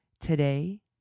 Today